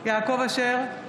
יעקב אשר,